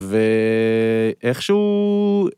‫ו... איכשהו...